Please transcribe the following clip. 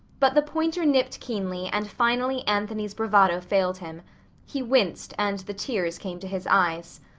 but the pointer nipped keenly and finally anthony's bravado failed him he winced and the tears came to his eyes.